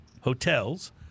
hotels